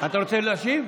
אתה רוצה להשיב?